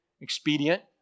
expedient